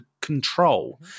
control